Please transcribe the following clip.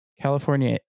California